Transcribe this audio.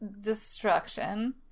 destruction